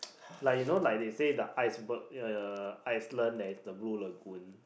like you know like they said the icebergs the Iceland there is a Blue-Lagoon